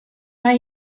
mar